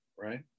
right